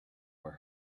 were